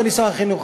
אדוני שר החינוך,